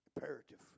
Imperative